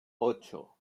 ocho